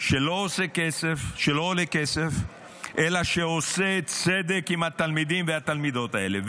שלא עולה כסף אלא שעושה צדק עם התלמידים והתלמידות האלה.